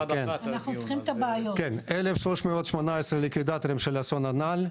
חיים כ-1,318 ליקווידטורים מהאסון המדובר,